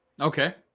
okay